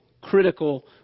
critical